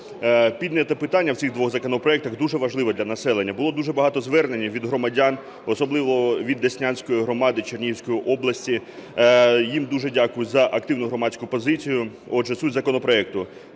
Підняте питання в цих двох законопроектах дуже важливе для населення, було дуже багато звернень від громадян, особливо від деснянської громади Чернігівської області, їм дуже дякую за активну громадську позицію. Отже, суть законопроекту.